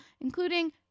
including